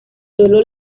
sólo